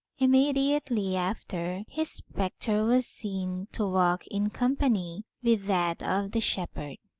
im mediately after, his spectre was seen to walk in company with that of the shepherd.